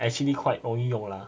actually quite 容易用 lah